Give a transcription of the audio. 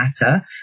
matter